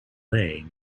leigh